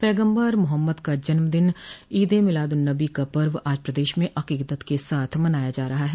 पैगम्बर मोहम्मद का जन्मदिन ईद ए मीलाद उन नबी का पर्व आज प्रदेश में अकीदत के साथ मनाया जा रहा है